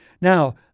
Now